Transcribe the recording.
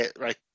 right